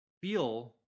feel